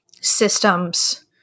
systems-